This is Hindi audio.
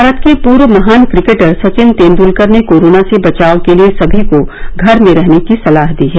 भारत के पूर्व महान क्रिकेटर सचिन तेंद्लकर ने कोरोना से बचाव के लिए समी को घर में ही रहने की सलाह दी है